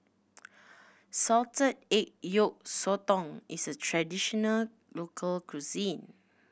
salted egg yolk sotong is a traditional local cuisine